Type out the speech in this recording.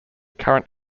current